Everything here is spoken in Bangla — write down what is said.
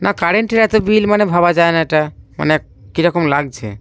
না কারেন্টের এত বিল মানে ভাবা যায় না এটা মানে কীরকম লাগছে